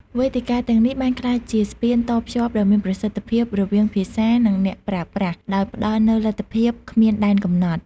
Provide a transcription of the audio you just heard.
វេទិកាទាំងនេះបានក្លាយជាស្ពានតភ្ជាប់ដ៏មានប្រសិទ្ធភាពរវាងភាសា និងអ្នកប្រើប្រាស់ ដោយផ្តល់នូវលទ្ធភាពគ្មានដែនកំណត់។